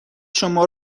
شما